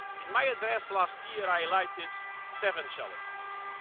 in my address last year, i highlighted seven challenges.